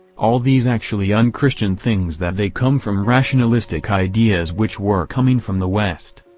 all these actually un-christian things that they come from rationalistic ideas which were coming from the west.